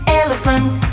elephant